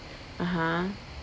(uh huh)